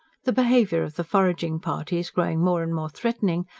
the behaviour of the foraging parties growing more and more threatening,